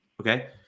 Okay